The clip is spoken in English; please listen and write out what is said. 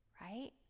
right